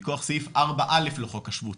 מכוח סעיף 4א' לחוק השבות,